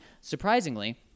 Surprisingly